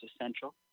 essential